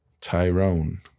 Tyrone